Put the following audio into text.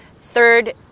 Third